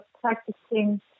practicing